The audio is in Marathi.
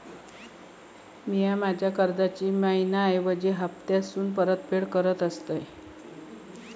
म्या माझ्या कर्जाची मैहिना ऐवजी हप्तासून परतफेड करत आसा